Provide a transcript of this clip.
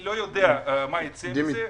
לא יודע מה ייצא מזה.